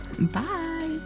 Bye